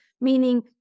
Meaning